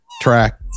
track